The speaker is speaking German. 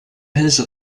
hälse